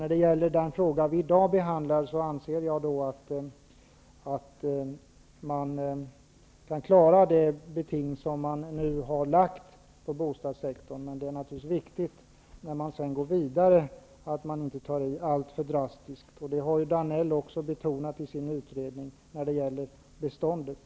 När det gäller den fråga vi behandlar i dag anser jag att man kan klara det beting som har lagts på bostadssektorn. Men det är naturligtvis viktigt att man inte tar i alltför drastiskt när man går vidare. Det har Georg Danell också betonat i sin utredning när det gäller beståndet.